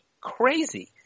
crazy